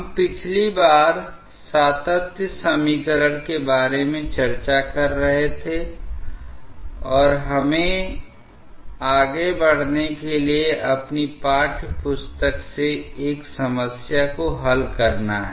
हम पिछली बार सातत्य समीकरण के बारे में चर्चा कर रहे थे और हमें आगे बढ़ने के लिए अपनी पाठ्यपुस्तक से एक समस्या को हल करना है